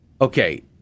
Okay